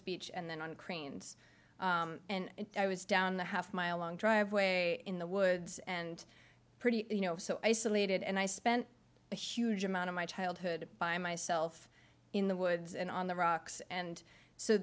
beach and then on cranes and i was down the half mile long driveway in the woods and pretty you know so isolated and i spent a huge amount of my childhood by myself in the woods and on the rocks and so